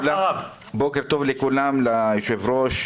לכולם, ליושב-ראש.